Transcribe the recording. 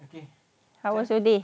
okay how was your day